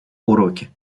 уроки